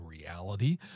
reality